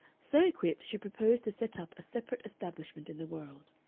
so equipped, she proposed to set up a separate establishment in the world.